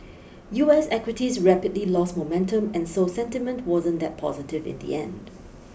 U S equities rapidly lost momentum and so sentiment wasn't that positive in the end